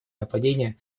нападения